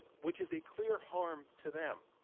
which is a clear harm to them.